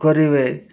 କରିବେ